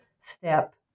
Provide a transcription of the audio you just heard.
step